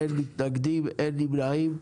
אין מתנגדים, אין נמנעים.